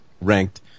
ranked